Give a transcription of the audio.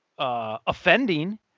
Offending